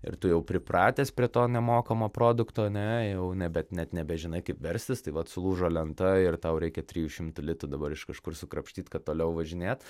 ir tu jau pripratęs prie to nemokamo produkto ane jau ne bet nebežinai kaip verstis tai vat sulūžo lenta ir tau reikia trijų šimtų litų dabar iš kažkur sukrapštyt kad toliau važinėt